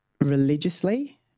religiously